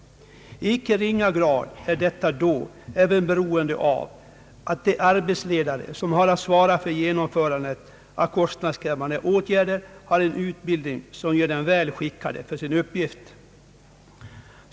Detta är i icke ringa grad beroende av att de arbetsledare som har att svara för genomförandet av kostnadskrävande åtgärder har en utbildning som gör dem väl skickade för sin uppgift.